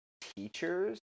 Teachers